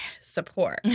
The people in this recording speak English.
support